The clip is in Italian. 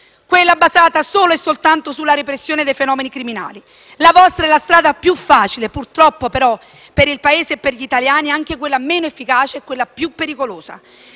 quella basata solo e soltanto sulla repressione dei fenomeni criminali. La vostra è la strada più facile; purtroppo però per il Paese e per gli italiani, anche quella meno efficace e insieme più pericolosa.